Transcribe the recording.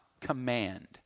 command